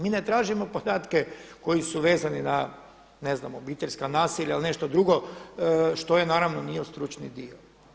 Mi ne tražimo podatke koji su vezani na ne znam obiteljska nasilja ili nešto drugo što naravno nije stručni dio.